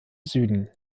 süden